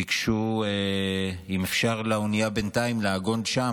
וביקשו אם אפשר שהאונייה בינתיים תעגון שם,